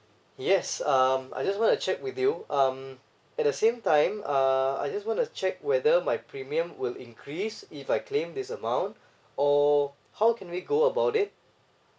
yes um I just want to check with you um at the same time uh I just want to check whether my premium will increase if I claim this amount or how can we go about it